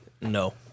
no